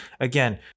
again